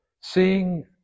seeing